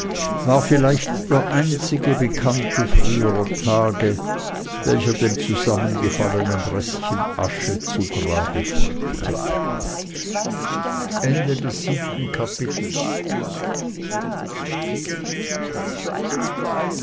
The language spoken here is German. war vielleicht der einzige bekannte früherer tage welcher dem zusammengefallenen restchen asche zu grabe folgte